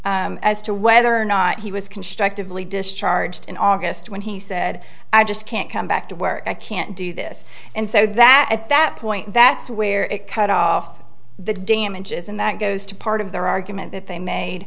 as to whether or not he was constructively discharged in august when he said i just can't come back to work i can't do this and said that at that point that's where it cut off the damages and that goes to part of their argument that they made